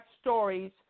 stories